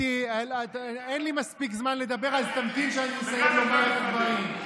ונתת להם תפקידים בתוך הקואליציה.